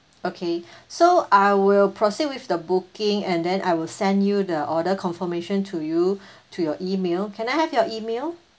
okay so I will proceed with the booking and then I will send you the order confirmation to you to your email can I have your email